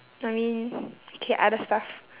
I mean okay other stuff